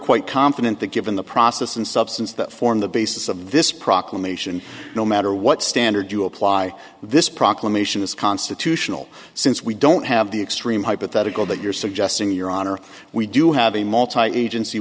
quite confident that given the process and substance that form the basis of this proclamation no matter what standard you apply this proclamation is constitutional since we don't have the extreme hypothetical that you're suggesting your honor we do have a multi agency